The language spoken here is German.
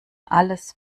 alles